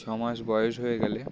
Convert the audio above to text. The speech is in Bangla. ছ মাস বয়স হয়ে গেলে